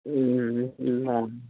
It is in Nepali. ल